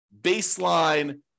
baseline